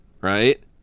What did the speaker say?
right